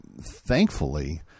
thankfully